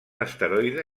asteroide